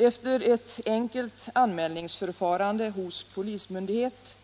Efter ett enkelt anmälningsförfarande hos polismyndighet